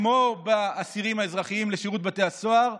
כמו עם האסירים האזרחיים ושירות בתי הסוהר,